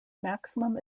maximum